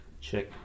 check